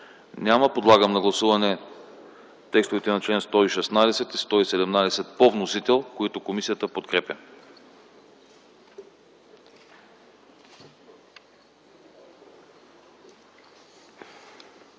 Няма. Подлагам на гласуване текстовете на чл. 116 и 117 по вносител, които комисията подкрепя.